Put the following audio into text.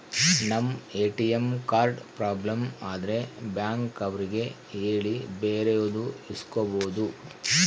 ನಮ್ ATM card problem ಆದ್ರೆ bank ಅವ್ರಿಗೆ ಹೇಳಿ ಬೇರೆದು ಇಸ್ಕೊಬೋದು